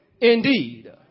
indeed